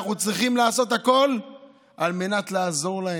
אנחנו צריכים לעשות הכול על מנת לעזור להם.